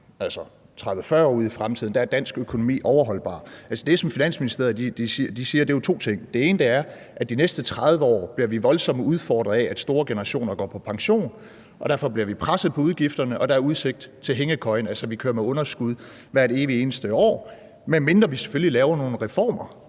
altså 30-40 år ud i fremtiden, er dansk økonomi overholdbar. Det, som Finansministeriet siger, er jo to ting. Det ene er, at vi de næste 30 år bliver voldsomt udfordret af, at store generationer går på pension, og derfor bliver vi presset på udgifterne, og der er udsigt til hængekøjen, altså at vi kører med underskud hvert evig eneste år, medmindre vi selvfølgelig laver nogle reformer